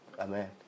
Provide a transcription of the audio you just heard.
Amen